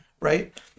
right